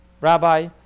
Rabbi